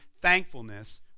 thankfulness